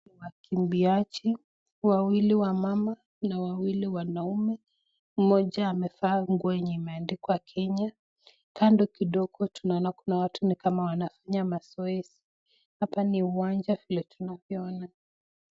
Ni wakimbiaji waili wanawake na wawili wanaume mmoja ameva nguo yenye imeandikwa kenya. Kando kidogo tunaona kuna watu ni kama wanafanya mazoezi hapa ni uwanja vile tunavyoona.